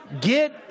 Get